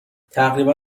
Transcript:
تقریبا